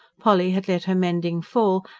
polly had let her mending fall,